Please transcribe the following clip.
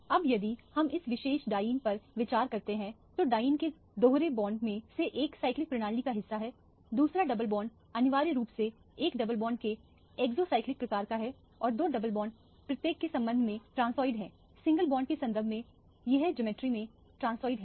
अब यदि हम इस विशेष डाइईन पर विचार करते हैं तो डाइईन के दोहरे बॉन्ड में से एक साइक्लिक प्रणाली का हिस्सा है दूसरा डबल बॉन्ड अनिवार्य रूप से एक डबल बॉन्ड के एक्सोसाइक्लिक प्रकार का है और दो डबल बॉन्ड प्रत्येक के संबंध में ट्रांससोइड हैंसिंगल बॉन्ड के संबंध में यह जोमेट्री में ट्रांससोइड है